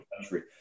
country